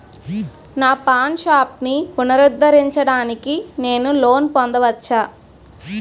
నా పాన్ షాప్ని పునరుద్ధరించడానికి నేను లోన్ పొందవచ్చా?